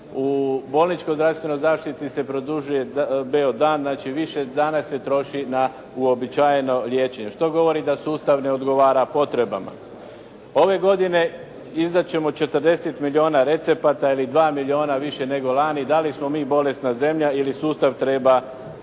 u bolničkoj zdravstvenoj zaštiti se produžuje b.o. dan, znači više dana se troši na uobičajeno liječenje, što govori da sustav ne odgovara potrebama. Ove godine izdat ćemo 40 milijuna recepata ili 2 milijuna više nego lani. Dali smo mi bolesna zelja ili sustav treba racionalizirati?